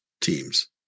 teams